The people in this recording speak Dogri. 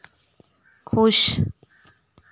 खुश